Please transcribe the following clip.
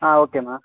ஆ ஓகேம்மா